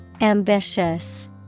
Ambitious